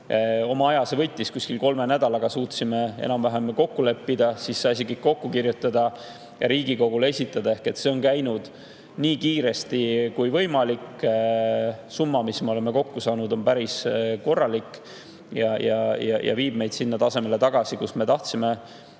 Oma aja see võttis, kuskil kolme nädalaga suutsime enam-vähem kokku leppida, seejärel selle kõik kokku kirjutada ja Riigikogule esitada. Ehk see on käinud nii kiiresti kui võimalik. Summa, mis me oleme kokku saanud, on päris korralik ja viib meid tagasi sellele tasemele, kus me tahtsime 2024.